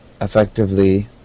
effectively